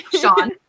Sean